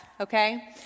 okay